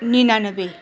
निनानब्बे